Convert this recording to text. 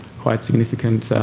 quite significant,